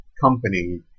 company